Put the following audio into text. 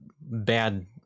bad